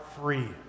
free